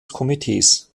komitees